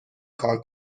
کار